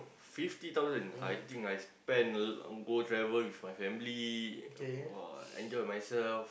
fifty thousand I think I spend on go travel with my family !wah! enjoy myself